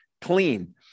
clean